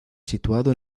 situado